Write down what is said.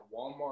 Walmart